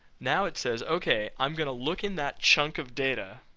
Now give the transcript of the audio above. now it says, okay i'm going to look in that chunk of data